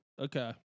Okay